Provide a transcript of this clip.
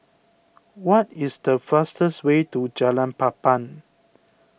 what is the fastest way to Jalan Papan